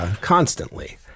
Constantly